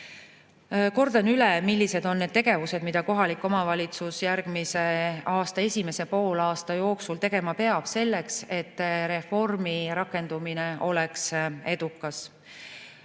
Kordan üle, millised on need tegevused, mida kohalik omavalitsus järgmise aasta esimese poolaasta jooksul tegema peab, et reformi rakendumine oleks edukas.